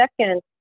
second